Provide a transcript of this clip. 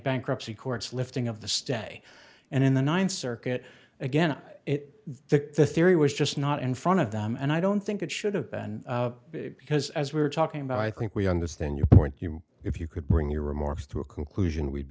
bankruptcy courts lifting of the stay and in the ninth circuit again it the the theory was just not in front of them and i don't think it should have been because as we were talking about i think we understand your point if you could bring your remarks to a conclusion we'd